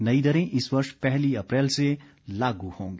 नई दरें इस वर्ष पहली अप्रैल से लागू होंगी